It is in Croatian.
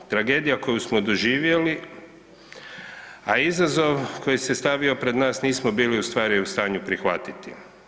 Tragedija koju smo doživjeli, a izazov koji se stavio pred nas nismo bili ustvari u stanju prihvatiti.